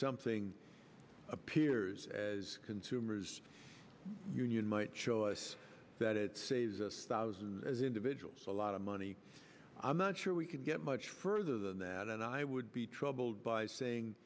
something appears as consumers union might show us that it saves us thousands as individuals a lot of money i'm not sure we could get much further than that and i would be troubled by saying